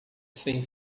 sem